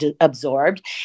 absorbed